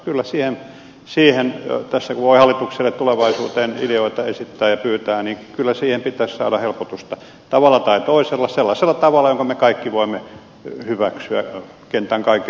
kyllä siihen tässä kun voi hallitukselle tulevaisuuteen ideoita esittää ja pyytää pitäisi saada helpotusta tavalla tai toisella sellaisella tavalla jonka me kaikki voimme hyväksyä kentän kaikilla laidoilla